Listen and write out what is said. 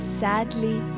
sadly